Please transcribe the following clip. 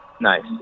Nice